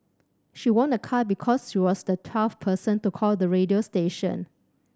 she won a car because she was the twelfth person to call the radio station